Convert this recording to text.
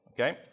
Okay